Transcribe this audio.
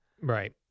Right